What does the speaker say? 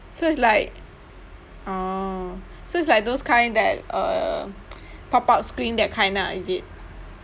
so it's like orh so it's like those kind that uh pop up screen that kind ah is it